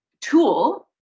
tool